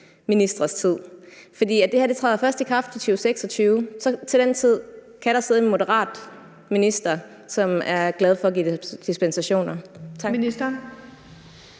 ministres tid, for det her træder først i kraft i 2026. Til den tid kan der sidde en moderat minister, som er glad for at give dispensationer.